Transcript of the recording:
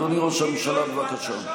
אדוני ראש הממשלה, בבקשה.